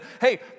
hey